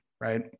Right